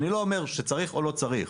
אני לא אומר אם צריך או לא צריך,